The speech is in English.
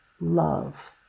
love